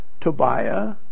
Tobiah